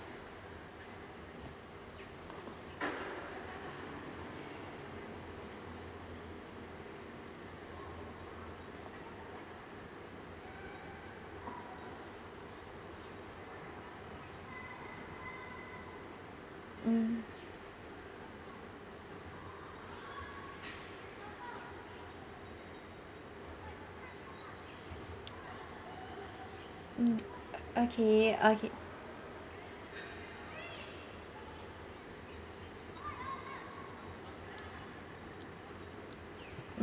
mm mm okay ah